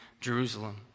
Jerusalem